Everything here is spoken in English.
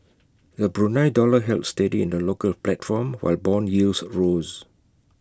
the Brunei dollar held steady in the local platform while Bond yields rose